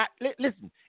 listen